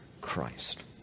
Christ